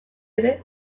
ere